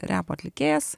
repo atlikėjas